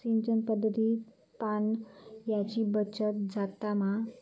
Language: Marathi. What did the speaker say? सिंचन पध्दतीत पाणयाची बचत जाता मा?